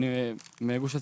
אני מגוש עציון.